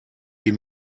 die